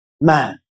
man